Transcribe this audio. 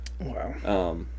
Wow